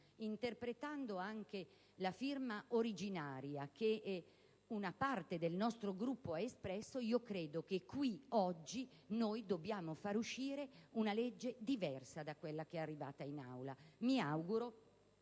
Interpretando anche il consenso originario che una parte del nostro Gruppo ha espresso, credo che qui, oggi, dobbiamo far uscire una legge diversa da quella che è arrivata in Aula. Mi auguro